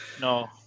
No